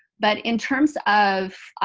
but in terms of